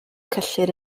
cyllid